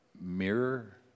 mirror